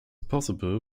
possible